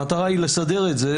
המטרה היא לסדר את זה,